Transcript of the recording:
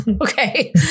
Okay